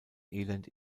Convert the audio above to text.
elend